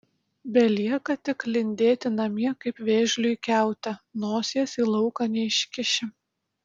belieka tik lindėti namie kaip vėžliui kiaute nosies į lauką neiškiši